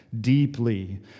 deeply